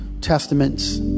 Testaments